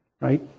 right